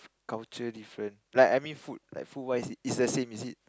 culture different like I mean food like food wise is the same is it